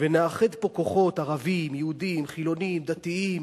ונאחד פה כוחות, ערבים, יהודים, חילונים, דתיים.